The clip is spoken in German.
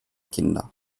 kinder